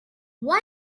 why